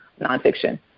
nonfiction